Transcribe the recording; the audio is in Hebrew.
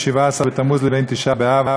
משבעה-עשר בתמוז לתשעה באב,